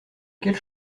quelle